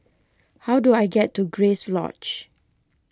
how do I get to Grace Lodge